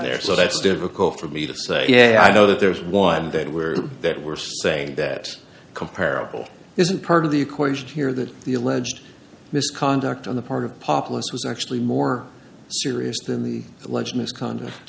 there so that's good work oh for me to say yeah i know that there's one that were that were saying that comparable isn't part of the equation here that the alleged misconduct on the part of the populace was actually more serious than the alleged misconduct